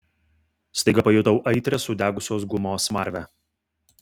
staiga pajutau aitrią sudegusios gumos smarvę